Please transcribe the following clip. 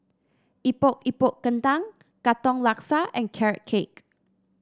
Epok Epok Kentang Katong Laksa and Carrot Cake